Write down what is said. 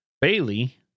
Bailey